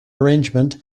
arrangement